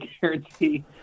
guarantee